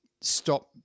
stop